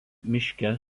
miške